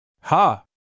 Ha